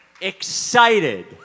excited